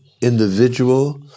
individual